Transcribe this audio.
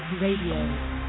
Radio